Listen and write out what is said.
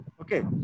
Okay